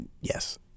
yes